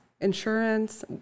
insurance